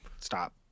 stop